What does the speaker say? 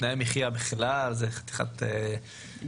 תנאי מחייה זה בכלל חתיכת סוגייה,